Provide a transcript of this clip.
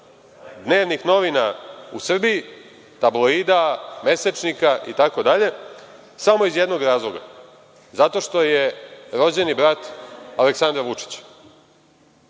dnevnih novina u Srbiji, tabloida, mesečnika itd. samo iz jednog razloga - zato što je rođeni brat Aleksandra Vučića. Pre